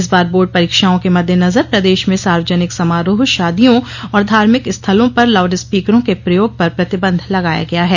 इस बार बोर्ड परीक्षाओं के मद्देनजर प्रदेश में सार्वजनिक समारोह शादियों और धार्मिक स्थलों पर लाउडस्पीकरों के प्रयोग पर प्रतिबंध लगाया गया है